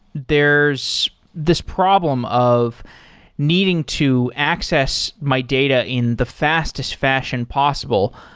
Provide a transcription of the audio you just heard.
there's this problem of needing to access my data in the fastest fashion possible,